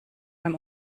beim